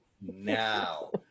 now